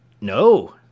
no